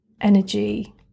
energy